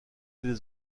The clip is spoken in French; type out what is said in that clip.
des